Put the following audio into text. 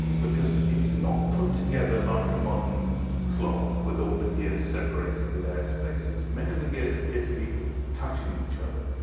because it's not put together like a modern clock with all the gears separated with their spaces. many of the gears appear to be touching each other.